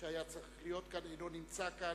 שהיה צריך להיות כאן אינו נמצא כאן,